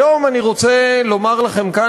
היום אני רוצה לומר לכם כאן,